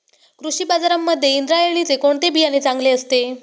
कृषी बाजारांमध्ये इंद्रायणीचे कोणते बियाणे चांगले असते?